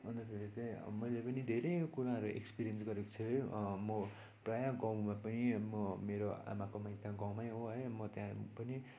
अनि फेरि त मैले पनि धेरै कुराहरू एक्सपिरियन्स गरेको छु है म गाउँमा पनि म मेरो आमाको माइत गाउँमा हो है म त्यहाँ पनि